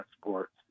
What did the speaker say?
sports